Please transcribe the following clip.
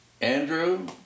Andrew